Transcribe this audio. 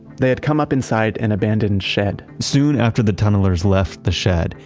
they had come up inside an abandon shed. soon after the tunnelers left the shed,